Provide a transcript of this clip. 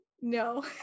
no